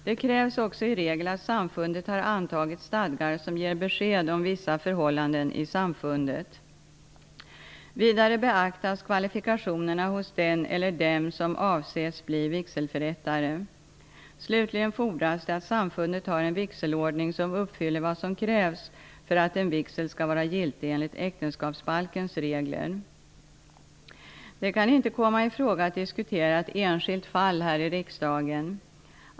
Det krävs också i regel att samfundet har antagit stadgar som ger besked om vissa förhållanden i samfundet. Vidare beaktas kvalifikationerna hos den eller dem som avses bli vigselförrättare. Slutligen fordras det att samfundet har en vigselordning som uppfyller vad som krävs för att en vigsel skall vara giltig enligt äktenskapsbalkens regler. Det kan inte komma i fråga att diskutera ett enskilt fall här i riksdagen.